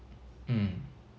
mm